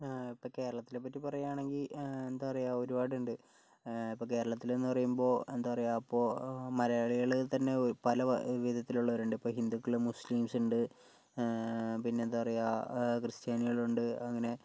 ഇപ്പം കേരളത്തിനെപ്പറ്റി പറയുകയാണെങ്കിൽ എന്താ പറയുക ഒരുപാടുണ്ട് ഇപ്പോൾ കേരളത്തിൽ എന്ന് പറയുമ്പോൾ എന്താ പറയുക ഇപ്പോൾ മലയാളികൾ തന്നെ പല വിധത്തിൽ ഉള്ളവരുണ്ട് ഇപ്പോൾ ഹിന്ദുക്കൾ മുസ്ലിംസ് ഉണ്ട് പിന്നെ എന്താ പറയുക ക്രിസ്ത്യാനികൾ ഉണ്ട് അങ്ങനെ